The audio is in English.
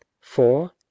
four